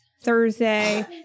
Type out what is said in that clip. Thursday